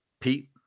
Pete